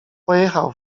pojechał